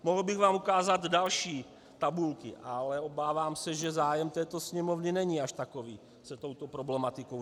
Mohl bych vám ukázat další tabulky, ale obávám se, že zájem této Sněmovny není až takový se touto problematikou zabývat.